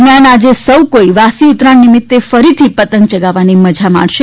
દરમિયાન આજે સૌ કોઈ વાસી ઉત્તરાયણ નિમિત્તે ફરીથી પતંગ ચગાવવાની મજા માણશે